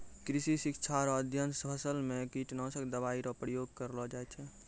कृषि शिक्षा रो अध्ययन से फसल मे कीटनाशक दवाई रो प्रयोग करलो जाय छै